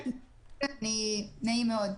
נעים מאוד.